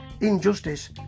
Injustice